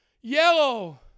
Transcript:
yellow